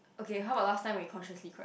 okay how about last time we consciously correct